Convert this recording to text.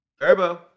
Turbo